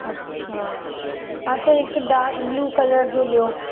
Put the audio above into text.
अच्छा हा त हिकु डार्क ब्लू कलर जो ॾेयो